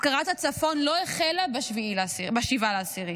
הפקרת הצפון לא החלה ב-7 באוקטובר,